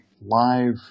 live